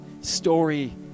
story